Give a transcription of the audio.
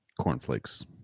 Cornflakes